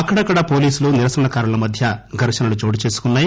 అక్కడక్కడా పోలీసులు నిరసనకారుల మధ్య ఘర్షణలు చోటుచేసుకున్నాయి